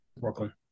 Brooklyn